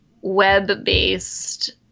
web-based